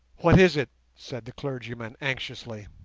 what is it said the clergyman, anxiously.